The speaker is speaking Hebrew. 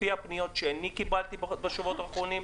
לפי הפניות שאני קיבלתי בשבועות האחרונים,